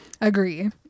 agree